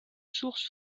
source